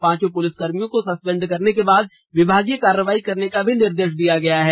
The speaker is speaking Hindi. पांचों पुलिसकर्मियों को सस्पेंड करने के बाद विभागीय कार्रवाई करने का भी निर्देश दिया गया है